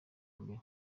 mbere